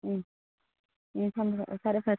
ꯎꯝ ꯎꯝ ꯐꯔꯦ ꯐꯔꯦ